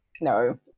No